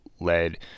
led